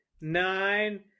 nine